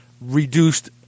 reduced